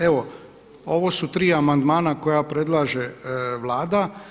Evo ovo su tri amandmana koja predlaže Vlada.